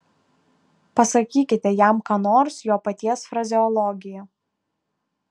pasakykite jam ką nors jo paties frazeologija